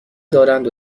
دارند